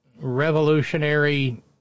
revolutionary